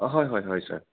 অঁ হয় হয় হয় ছাৰ